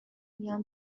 میان